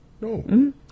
no